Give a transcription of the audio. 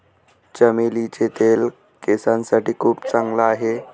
चमेलीचे तेल केसांसाठी खूप चांगला आहे